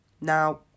Now